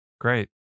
Great